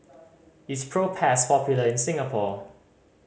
is Propass popular in Singapore